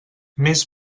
més